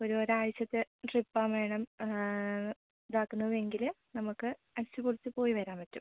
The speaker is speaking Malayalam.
ഒരു ഒരാഴ്ചത്തെ ട്രിപ്പാ മാഡം ഇതാക്കുന്നത് എങ്കിൽ നമുക്ക് അടിച്ച് പൊളിച്ച് പോയി വരാൻ പറ്റും